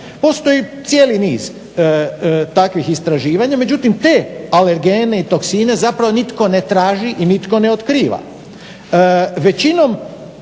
Postoji cijeli niz takvih istraživanja međutim te alergene i toksine zapravo nitko ne traži i nitko ne otkriva.